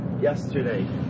yesterday